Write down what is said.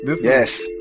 Yes